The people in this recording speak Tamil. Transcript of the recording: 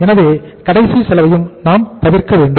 எனவே கடைசி செலவையும் நாம் தவிர்க்க வேண்டும்